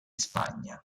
spagna